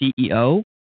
CEO